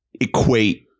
equate